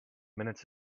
minutes